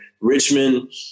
Richmond